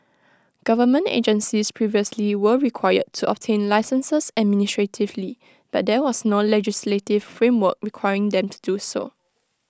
government agencies previously were required to obtain licences administratively but there was no legislative framework requiring them to do so